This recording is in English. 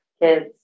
kids